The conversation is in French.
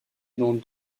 dans